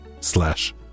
slash